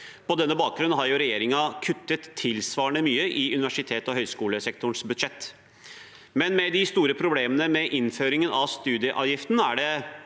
På denne bakgrunn har regjeringen kuttet tilsvarende mye i universitets- og høgskolesektorens budsjett, men med de store problemene med innføringen av studieavgiften er det